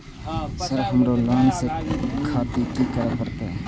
Sir हमरो loan ले खातिर की करें परतें?